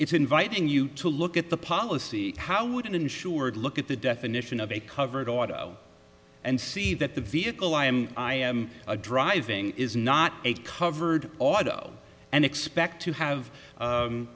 it's inviting you to look at the policy how would an insured look at the definition of a covered auto and see that the vehicle i am i am driving is not a covered auto and expect to have